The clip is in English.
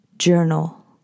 Journal